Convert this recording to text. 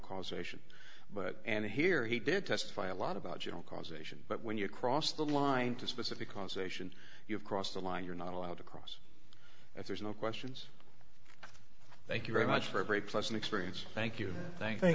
causation but and here he did testify a lot about general causation but when you cross the line into specific conservation you have crossed a line you're not allowed to cross that there's no questions thank you very much for a great pleasant experience thank you thank